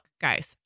guys